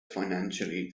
financially